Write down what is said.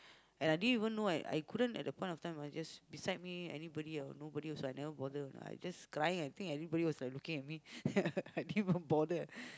and I didn't even know I I couldn't at the point of time I just beside me anybody or nobody also I never bother I just crying I think I everybody was like looking at me I didn't even bother